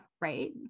right